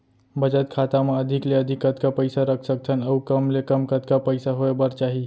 बचत खाता मा अधिक ले अधिक कतका पइसा रख सकथन अऊ कम ले कम कतका पइसा होय बर चाही?